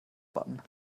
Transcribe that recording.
button